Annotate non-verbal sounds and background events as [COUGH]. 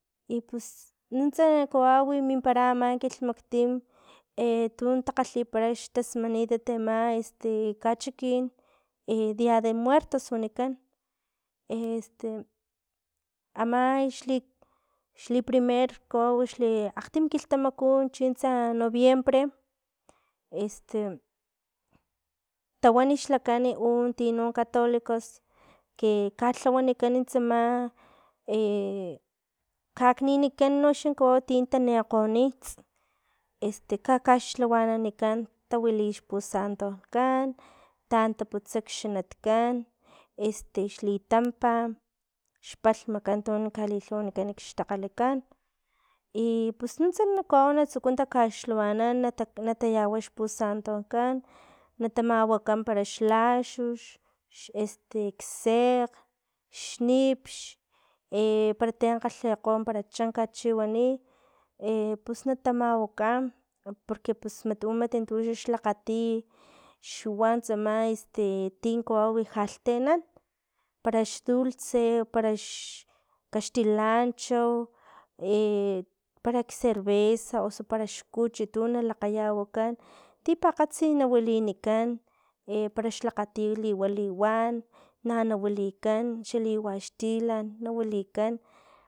I pus [HESITATION] nuntsa kawawi mimpara ama kilhmaktim [HESITATION] tun takgalhipara xtasmanitat ama este kachikin [HESITATION] dia de muertos wanikan este ama xli xli primer kawau xli akgtim kilhtamaku chintsa noviembre, este tawan xlakan uno tino catolicos que kalhawanikan tsama [HESITATION] kakninikan noxa kawau tin tanikgonits este kakaxtlawaninikan tawili xpusantokan, taan taputsa kxanatkan este xlitampach xpalhmakan tu kalilhawanikan xtakgalakan i pus nuntsa kawau tsuku takaxlhawanan nata- natayawa xpusantokan natamawaka para xlaxux xeste sekgn xnipx, [HESITATION] para ti kgalhekgo para chankat para chiwani, [HESITATION] pus natamawaka porque pus u mat tuxlakgati xwan tsama este tin kawau lhalhtianan parax dulce, o parax kaxtilancho, [HESITATION] parak cervesa osu para xkuch tu nalakgayawakan tipakgatsin wilinikan [HESITATION] para xlakgati liwa liwan na nawilikan xa liwaxtilan na wilikan.